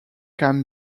can